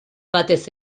batez